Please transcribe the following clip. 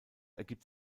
ergibt